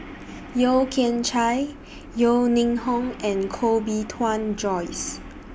Yeo Kian Chai Yeo Ning Hong and Koh Bee Tuan Joyce